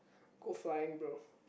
go flying bro